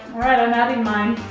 alright, i'm adding mine.